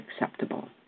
acceptable